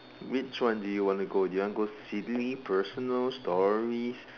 which one do you want to go do you want to go silly personal stories